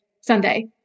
Sunday